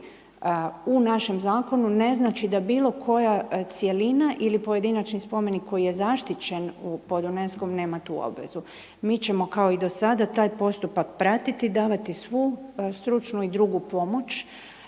u našem zakonu ne znači da bilo koja cjelina ili pojedinačni spomenik koji je zaštićen pod UNESCO-m nema tu obvezu. Mi ćemo kao i do sada taj postupak pratiti, davati svu stručnu i drugu pomoć